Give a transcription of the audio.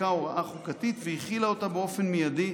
שחוקקה הוראה חוקתית והחילה אותה באופן מיידי,